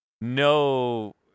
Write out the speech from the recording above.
no